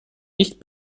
nicht